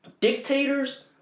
Dictators